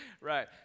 Right